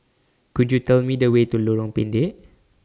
Could YOU Tell Me The Way to Lorong Pendek